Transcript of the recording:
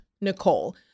Nicole